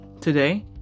today